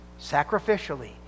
sacrificially